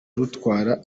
rutwara